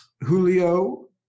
Julio